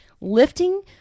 Lifting